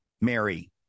Mary